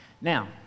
Now